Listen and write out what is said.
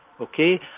okay